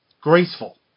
graceful